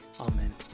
Amen